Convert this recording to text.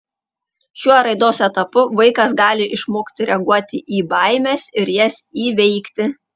šiuo raidos etapu vaikas gali išmokti reaguoti į baimes ir jas įveikti